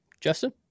Justin